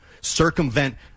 circumvent